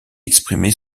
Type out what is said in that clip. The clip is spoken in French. exprimé